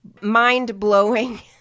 mind-blowing